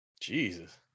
Jesus